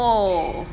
!whoa!